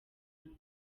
mbere